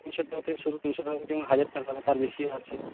তিনশো টাকা থেকে শুরু তিনশো টাকা কিংবা হাজার টাকা তারপর তার বেশিও আছে